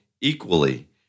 equally